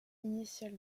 initial